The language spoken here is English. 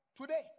today